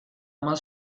más